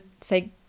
say